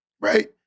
right